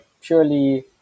purely